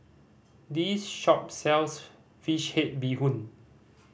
this shop sells fish head bee hoon